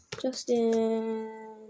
Justin